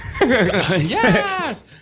Yes